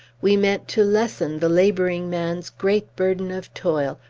we meant to lessen the laboring man's great burden of toil,